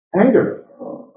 anger